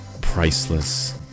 priceless